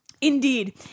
Indeed